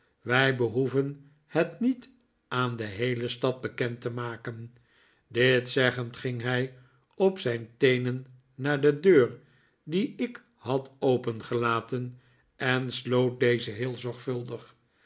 wij behoeven het niet aan de heele stad bekend te maken dit zeggend ging hij op zijn teenen naar de deur die ik had opengelaten en sloot deze heel zorgvuldig